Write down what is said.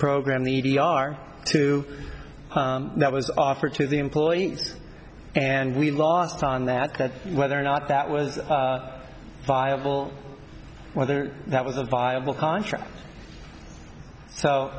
program the eighty are two that was offered to the employee and we lost on that whether or not that was viable whether that was a viable contract so